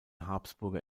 habsburger